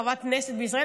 חברת כנסת בישראל,